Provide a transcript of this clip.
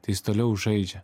tai jis toliau žaidžia